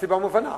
והסיבה מובנה.